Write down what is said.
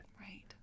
Right